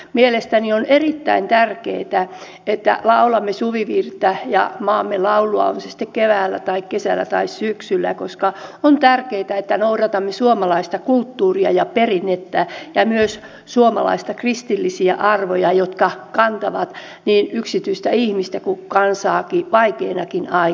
mielestäni on erittäin tärkeätä että laulamme suvivirttä ja maamme laulua on se sitten keväällä tai kesällä tai syksyllä koska on tärkeätä että noudatamme suomalaista kulttuuria ja perinnettä ja myös suomalaisia kristillisiä arvoja jotka kantavat niin yksityistä ihmistä kuin kansaa vaikeinakin aikoina